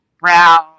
brown